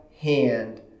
hand